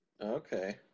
Okay